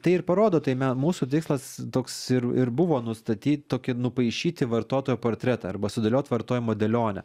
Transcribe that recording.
tai ir parodo tai mūsų tikslas toks ir ir buvo nustatyt tokį nupaišyti vartotojo portretą arba sudėliot vartojimo dėlionę